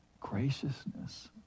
graciousness